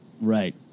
Right